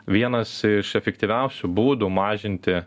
vienas iš efektyviausių būdų mažinti